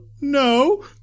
no